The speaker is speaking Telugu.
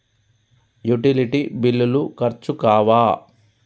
యుటిలిటీ బిల్లులు ఖర్చు కావా?